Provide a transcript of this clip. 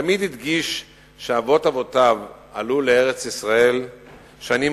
תמיד הדגיש שאבות אבותיו עלו לארץ-ישראל שנים